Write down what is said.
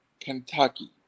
Kentucky